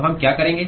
तो हम क्या करें